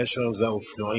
הבעיה שלנו זה האופנועים,